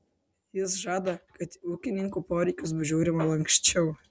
jis žada kad į ūkininkų poreikius bus žiūrima lanksčiau